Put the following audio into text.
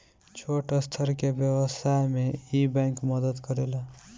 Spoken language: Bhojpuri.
छोट स्तर के व्यवसाय में इ बैंक मदद करेला